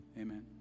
amen